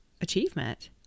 achievement